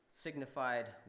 signified